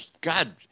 god